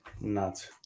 nuts